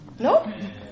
No